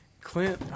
Clint